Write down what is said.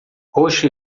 roxo